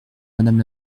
madame